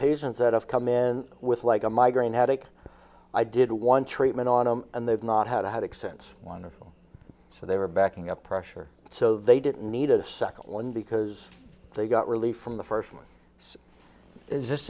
patients that have come in with like a migraine headache i did one treatment on them and they've not had a headache since one of so they were backing up pressure so they didn't need a second one because they got relief from the first one is this